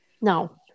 No